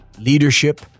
leadership